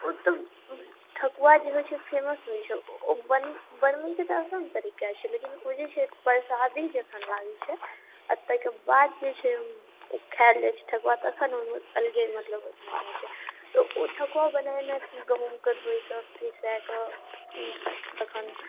ओतऽ ठकुआ जे होइ छै फेमस होइ छै ओ बनै बनबैके तऽ आसान तरीका छै लेकिन ओ जे छै परसादी जखन लागै छै आओर तै के बाद जे छै ओ खायल जाइ छै ठकुआ तखन ओहिमे अलगे मतलब मजा छै तऽ ओ ठकुआ बनेनाइ गहुमके धोइके पिसके ई अखन